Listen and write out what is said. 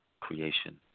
creation